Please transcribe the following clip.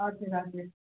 हजुर हजुर